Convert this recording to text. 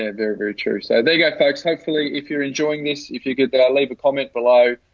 ah very, very true. so they got faxed. hopefully if you're enjoying this, if you get there, leave a comment below,